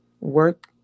work